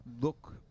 look